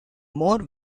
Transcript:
more